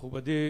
מכובדי